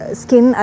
skin